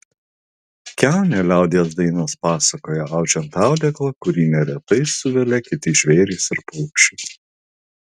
kiaunę liaudies dainos pasakoja audžiant audeklą kurį neretai suvelia kiti žvėrys ir paukščiai